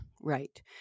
Right